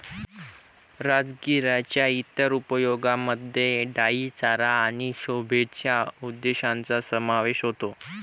राजगिराच्या इतर उपयोगांमध्ये डाई चारा आणि शोभेच्या उद्देशांचा समावेश होतो